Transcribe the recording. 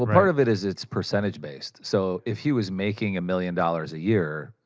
ah part of it is it's percentage based. so, if he was making a millions dollars a year,